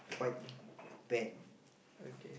quite bad